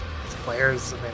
players